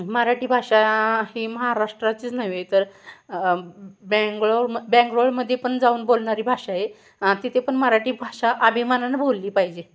मराठी भाषा ही महाराष्ट्राचीच नव्हे तर बँगळोरम बंगळुरूमध्ये पण जाऊन बोलणारी भाषा आहे तिथे पण मराठी भाषा अभिमानानं बोलली पाहिजे